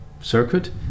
circuit